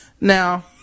Now